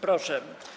Proszę.